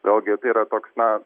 vėlgi tai yra toks na